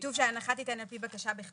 כתוב שההנחה תינתן על פי הנחה בכתב